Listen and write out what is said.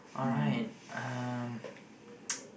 hmm